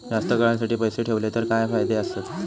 जास्त काळासाठी पैसे ठेवले तर काय फायदे आसत?